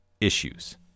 issues